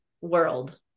world